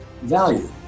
value